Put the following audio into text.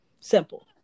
Simple